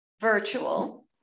virtual